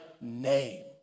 Name